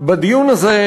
בדיון הזה,